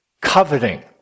coveting